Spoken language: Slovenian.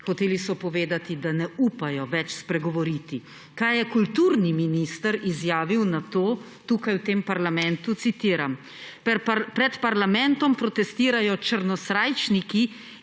hoteli so povedati, da ne upajo več spregovoriti. Kaj je kulturni minister izjavil na to v tem parlamentu? Citiram: »Pred parlamentom protestirajo črnosrajčniki,